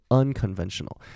unconventional